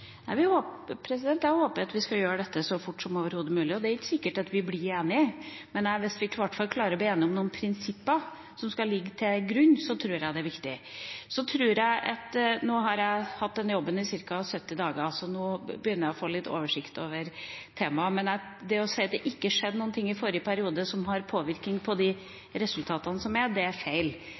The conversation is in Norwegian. Jeg håper at vi skal gjøre dette så fort som overhodet mulig. Det er ikke sikkert at vi blir enige, men hvis vi i hvert fall klarer å bli enige om noen prinsipper som skal ligge til grunn, tror jeg det er viktig. Nå har jeg hatt denne jobben i ca. 70 dager, så nå begynner jeg å få litt oversikt over temaet. Men det å si at det ikke skjedde noen ting i forrige periode som har påvirkning på de resultatene som er, er feil.